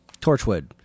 torchwood